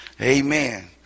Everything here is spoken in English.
amen